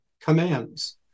commands